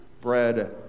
bread